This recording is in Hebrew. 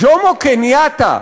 ג'ומו קניאטה,